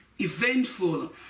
eventful